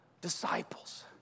disciples